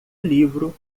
livro